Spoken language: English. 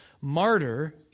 martyr